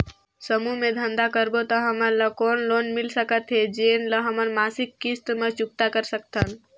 समूह मे धंधा करबो त हमन ल कौन लोन मिल सकत हे, जेन ल हमन मासिक किस्त मे चुकता कर सकथन?